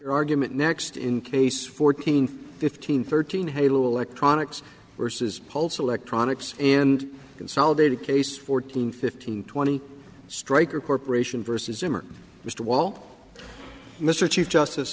your argument next in case fourteen fifteen thirteen halo electronics versus pulse electronics and consolidated case fourteen fifteen twenty stryker corp vs him or mr wall mr chief justice